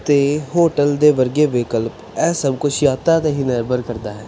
ਅਤੇ ਹੋਟਲ ਦੇ ਵਰਗੇ ਵਿਕਲਪ ਇਹ ਸਭ ਕੁਛ ਯਾਤਰਾ 'ਤੇ ਹੀ ਨਿਰਭਰ ਕਰਦਾ ਹੈ